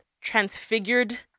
transfigured